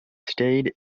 stayed